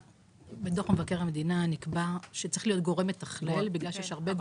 בדוח מבקר המדינה נקבע שצריך להיות גורם מתכלל בגלל שיש הרבה גופים.